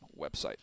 website